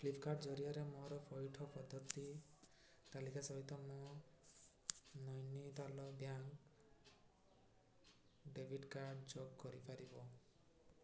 ଫ୍ଲିପ୍କାର୍ଟ୍ ଜରିଆରେ ମୋର ପଇଠ ପଦ୍ଧତି ତାଲିକା ସହିତ ମୋ ନୈନିତାଲ ବ୍ୟାଙ୍କ୍ ଡ଼େବିଟ୍ କାର୍ଡ଼୍ ଯୋଗ କରିପାରିବ